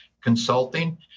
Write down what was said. consulting